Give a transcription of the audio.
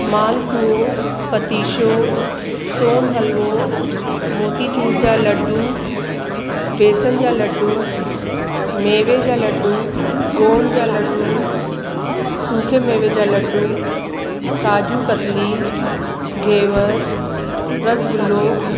मालपुओ पतीशो सोन हलवो मोतीचूर जा लडू बेसन जा लडू मेवे जा लडू गोंद जा लडू सूखे मेवे जा लडू काजू कतली घेवर रसगुल्लो